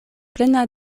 plena